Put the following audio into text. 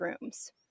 Rooms